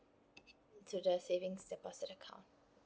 to the savings deposit account